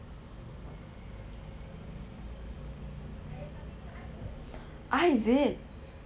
ah is it